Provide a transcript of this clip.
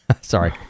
Sorry